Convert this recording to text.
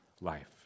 life